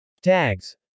tags